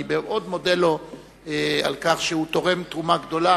אני מאוד מודה לו על כך שהוא תורם תרומה גדולה